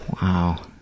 Wow